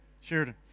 Sheridan